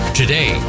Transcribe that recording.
Today